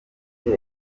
ari